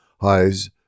Highs